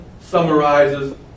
summarizes